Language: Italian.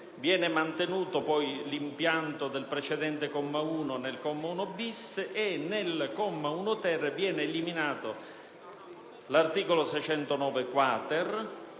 Viene mantenuto l'impianto del precedente comma 1 nel comma 1-*bis* e nel comma 1-*ter* viene eliminato l'articolo 609-*quater*